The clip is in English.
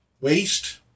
waste